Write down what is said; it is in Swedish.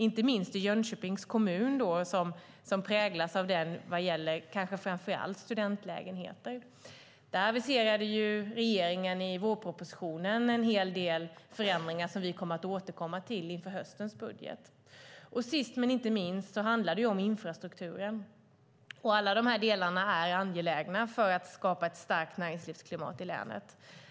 Inte minst Jönköpings kommun präglas av bostadsbrist, kanske framför allt när det gäller studentlägenheter. I vårpropositionen aviserade regeringen en hel del förändringar som vi inför höstens budget återkommer till. Sist men inte minst handlar det om infrastrukturen. Alla dessa delar är angelägna när det gäller att skapa ett starkt näringslivsklimat i länet.